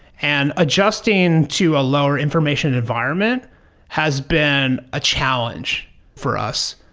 and adjusting to a lower information environment has been a challenge for us.